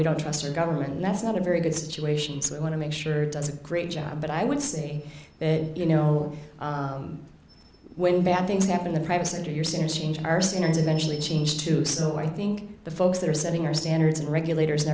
we don't trust our government and that's not a very good situation so i want to make sure it does a great job but i would say you know when bad things happen the private sector you're seeing change are sinners eventually change too so i think the folks that are setting our standards and regulators and